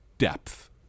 depth